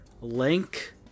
Link